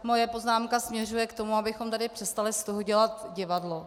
Moje poznámka směřuje k tomu, abychom tady přestali z toho dělat divadlo.